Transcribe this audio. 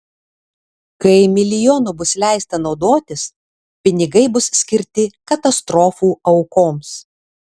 kai milijonu bus leista naudotis pinigai bus skirti katastrofų aukoms